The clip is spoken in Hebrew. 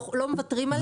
לא מוותרים עליה.